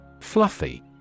Fluffy